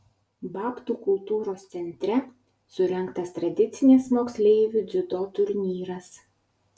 babtų kultūros centre surengtas tradicinis moksleivių dziudo turnyras